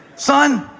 son.